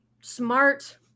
smart